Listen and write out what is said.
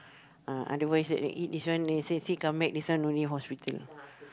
uh otherwise if you eat this one then you see she come back this one no need hospital